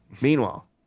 Meanwhile